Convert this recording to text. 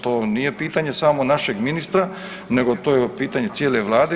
To je pitanje samo našeg ministra nego to je pitanje cijele Vlade.